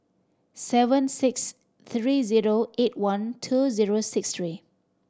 seven six three zero eight one two zero six three